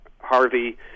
Harvey